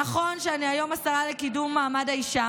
נכון שאני היום השרה לקידום מעמד האישה,